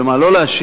על מה לא להשיב,